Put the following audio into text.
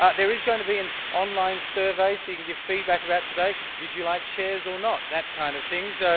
ah there is gonna be an online survey so you can give feedback about today. did you like chairs or not? that kind of thing, so.